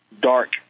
dark